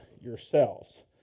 yourselves